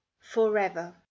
forever